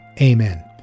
Amen